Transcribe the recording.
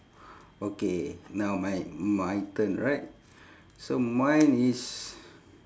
okay now my my turn right so mine is